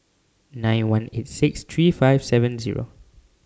nine one eight six three five seven Zero